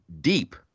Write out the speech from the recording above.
deep